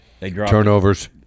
Turnovers